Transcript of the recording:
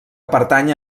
pertany